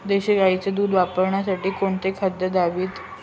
देशी गाईचे दूध वाढवण्यासाठी कोणती खाद्ये द्यावीत?